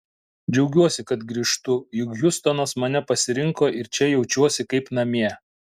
džiaugiuosi kad grįžtu juk hjustonas mane pasirinko ir čia jaučiuosi kaip namie